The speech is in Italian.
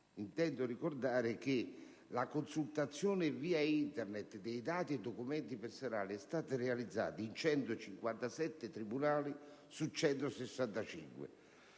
intendo ricordare che la consultazione via Internet dei dati e documenti personali è stata realizzata in 157 tribunali su 165.